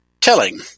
telling